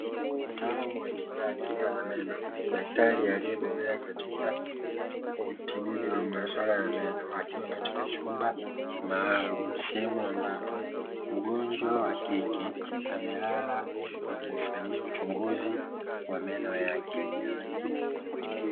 Mtaalamu wa tiba ya kinywa na meno, Daktari aliyebobea katika utibuji wa maswala ya meno akiwa katika chumba maalumu. Sehemu ambapo mgonjwa wa kike amelala huku akimfanyia uchunguzi wa meno yake.